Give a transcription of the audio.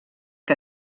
que